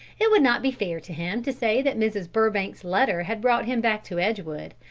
it would not be fair to him to say that mrs. burbank's letter had brought him back to edgewood,